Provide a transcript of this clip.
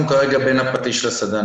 אנחנו כרגע בין הפטיש לסדן.